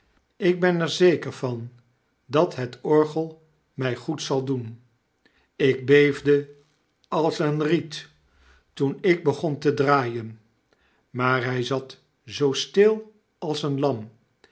ik ben er zeker van dat hetorgel mij goed zal doen ik beefde als een riet toen ik begon te draaien maar hy zat zoo stil als een lam